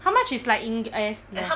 how much is like eng~ eh ya